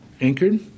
anchored